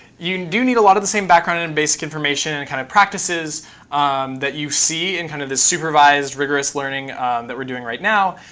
you do need a lot of the same background and basic information and kind of practices that you see in kind of this supervised rigorous learning that we're doing right now.